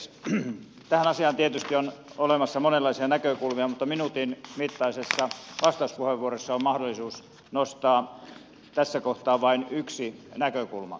tähän asiaan tietysti on olemassa monenlaisia näkökulmia mutta minuutin mittaisessa vastauspuheenvuorossa on mahdollisuus nostaa tässä kohtaa vain yksi näkökulma